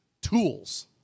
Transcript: tools